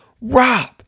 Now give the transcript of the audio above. Rob